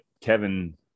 Kevin